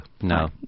No